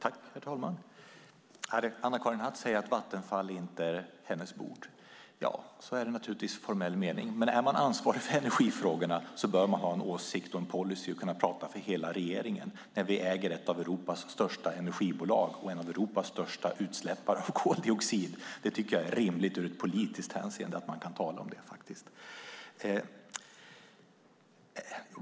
Herr talman! Anna-Karin Hatt säger att Vattenfall inte är hennes bord. Så är det naturligtvis i formell mening. Men om man är ansvarig för energifrågorna bör man ha en åsikt om policy och kunna prata för hela regeringen. Vi äger ett av Europas största energibolag och en av Europas största utsläppare av koldioxid. Det är rimligt ur politiskt hänseende att tala om det.